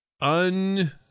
un